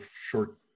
short